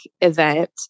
event